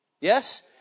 Yes